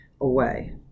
away